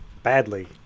Badly